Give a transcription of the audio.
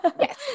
Yes